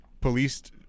policed